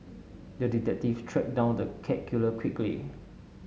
the detective tracked down the cat killer quickly